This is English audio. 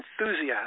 enthusiast